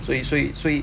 所以说所以